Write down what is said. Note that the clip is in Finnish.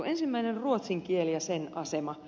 ensimmäinen on ruotsin kieli ja sen asema